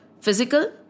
Physical